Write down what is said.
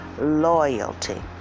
loyalty